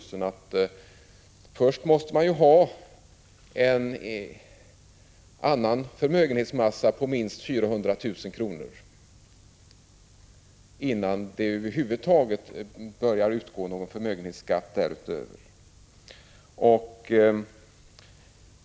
Företagsskattefrågor måste han ha en förmögenhetsmassa på 400 000 kr. innan det över huvud — 7": 7: taget börjar utgå någon förmögenhetsskatt därutöver.